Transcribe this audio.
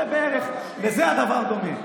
זה בערך, לזה הדבר דומה.